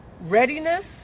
readiness